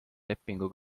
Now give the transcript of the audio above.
lepingu